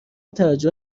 توجه